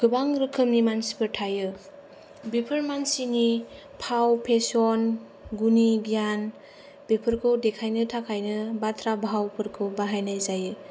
गोबां रोखोमनि मानसिफोर थायो बेफोर मानसिनि फाव फेसन गुनि गियान बेफोरखौ देखायनो थाखायनो बाथ्रा भावफोरखौ बाहायनाय जायो